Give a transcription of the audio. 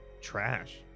trash